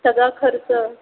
सगळा खर्च